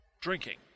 drinking